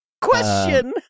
Question